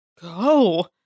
go